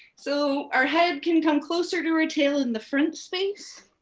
so our head can come closer to our tail in the front space,